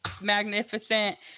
magnificent